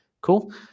Cool